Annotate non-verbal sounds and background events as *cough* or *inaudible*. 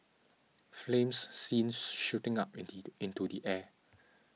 flames seen shooting up *unintelligible* into the air